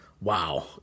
wow